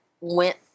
went